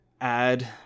add